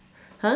!huh!